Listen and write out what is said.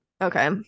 okay